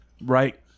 right